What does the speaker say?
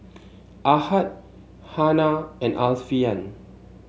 Ahad Hana and Alfian